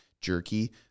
jerky